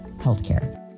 healthcare